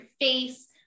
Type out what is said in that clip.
face